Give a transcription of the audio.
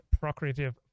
procreative